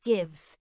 Gives